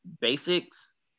basics